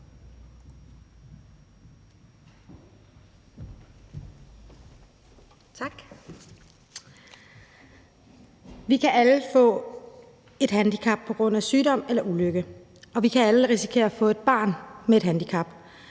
Vi kan alle få et handicap på grund af sygdom eller ulykke, og vi kan alle risikere at få et barn med et handicap.